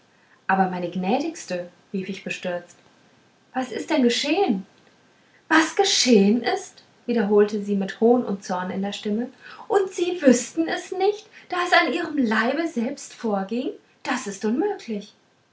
aber meine gnädigste rief ich bestürzt was ist denn geschehen was geschehen ist wiederholte sie mit hohn und zorn in der stimme and sie wüßten es nicht da es an ihrem leibe selbst vorging das ist unmöglich